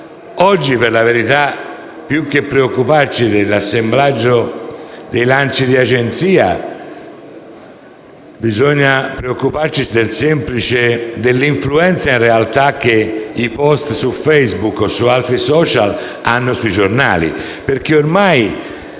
oggi, per la verità, più che preoccuparci dell'assemblaggio dei lanci di agenzia, bisogna preoccuparci dell'influenza che i *post* su Facebook o su altri *social* hanno sui giornali. Ormai,